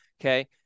Okay